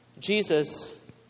Jesus